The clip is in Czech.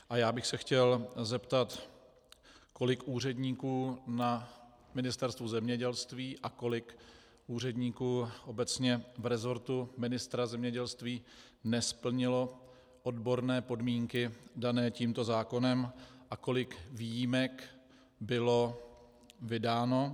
A já bych se chtěl zeptat, kolik úředníků na Ministerstvu zemědělství a kolik úředníků obecně v resortu ministra zemědělství nesplnilo odborné podmínky dané tímto zákonem a kolik výjimek bylo vydáno.